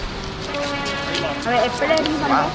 ആ ഓക്കെ അത് എപ്പോഴായിരുന്നു സംഭവം